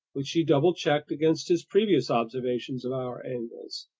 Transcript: which he double-checked against his previous observations of hour angles.